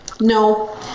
no